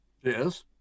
Yes